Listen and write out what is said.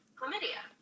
chlamydia